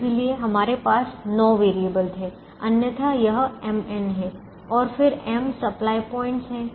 इसलिए हमारे पास नौ वेरिएबल थे अन्यथा यह mn है और फिर m सप्लाई पॉइंट्स हैं